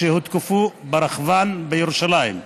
שהותקפו ברכבן בירושלים,